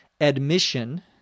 admission